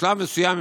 בשלב מסוים,